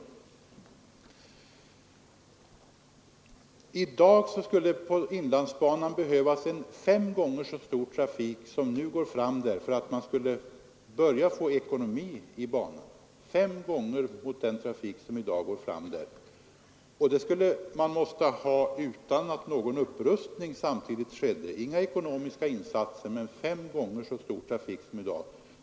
I dag skulle på inlandsbanan behövas en fem gånger så stor trafik som nu går fram där för att den skulle bli ekonomisk. Denna ökning måste ske utan att någon upprustning med ekonomiska insatser samtidigt skedde.